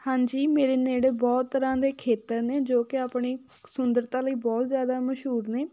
ਹਾਂਜੀ ਮੇਰੇ ਨੇੜੇ ਬਹੁਤ ਤਰ੍ਹਾਂ ਦੇ ਖੇਤਰ ਨੇ ਜੋ ਕਿ ਆਪਣੀ ਸੁੰਦਰਤਾ ਲਈ ਬਹੁਤ ਜ਼ਿਆਦਾ ਮਸ਼ਹੂਰ ਨੇ